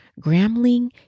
Grambling